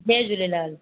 Jay Jhulelal